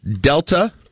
Delta